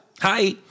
Hi